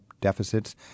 deficits